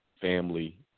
family